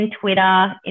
twitter